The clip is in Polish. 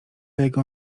jego